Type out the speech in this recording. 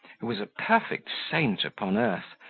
who was a perfect saint upon earth,